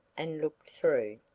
and looked through.